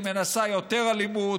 היא מנסה יותר אלימות,